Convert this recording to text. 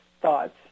thoughts